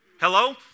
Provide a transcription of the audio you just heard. Hello